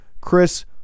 Chris